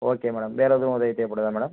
okay madam வேறு எதுவும் உதவி தேவைப்படுதா மேடம்